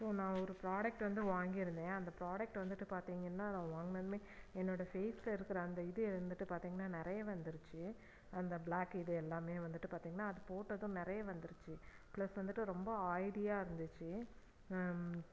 இப்போது நான் ஒரு ஃப்ராடெக்ட் வந்து வாங்கியிருந்தேன் அந்த ஃப்ராடெக்ட்டு வந்துட்டு பார்த்திங்கன்னா நான் வாங்கினதுமே என்னோடய ஃபேஸ்ல இருக்கிற அந்த இது வந்துட்டு பார்த்திங்கன்னா நிறைய வந்துடுச்சு அந்த பிளாக்ஹெட் இது எல்லாமே வந்துட்டு பார்த்திங்கன்னா அது போட்டதும் நிறைய வந்துடுச்சு பிளஸ் வந்துட்டு ரொம்ப ஆயிலியாக இருந்துச்சு